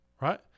right